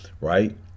right